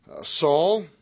Saul